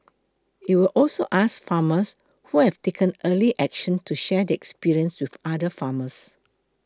it will also ask farmers who have taken early action to share their experience with other farmers